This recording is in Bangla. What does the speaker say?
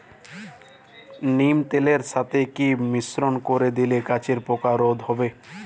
নিম তেলের সাথে কি মিশ্রণ করে দিলে গাছের পোকা রোধ হবে?